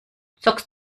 zockst